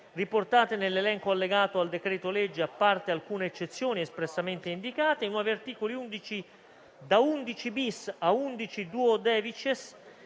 riportate nell'elenco allegato al decreto-legge a parte alcune eccezioni espressamente indicate. I nuovi articoli da 11-*bis* a 11-*duodecies*